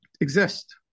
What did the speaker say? exist